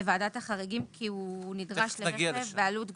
לוועדת החריגים כי הוא נדרש לרכב בעלות גבוהה?